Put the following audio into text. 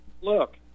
look